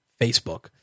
Facebook